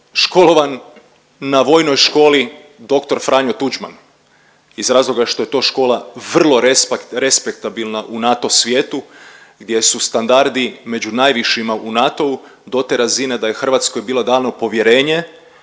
školovan na Vojnoj školi dr. Franjo Tuđman iz razloga što je to škola vrlo respektabilna u NATO svijetu gdje su standardi među najvišima u NATO-u do te razine da je Hrvatskoj bilo dano povjerenje